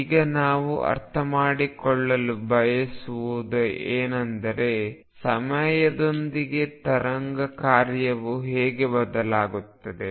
ಈಗ ನಾವು ಅರ್ಥಮಾಡಿಕೊಳ್ಳಲು ಬಯಸುವುದು ಏನೆಂದರೆ ಸಮಯದೊಂದಿಗೆ ತರಂಗ ಕಾರ್ಯವು ಹೇಗೆ ಬದಲಾಗುತ್ತದೆ